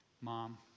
mom